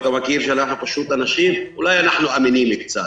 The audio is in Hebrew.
ואתה מכיר שאנחנו אנשים אולי אמינים קצת.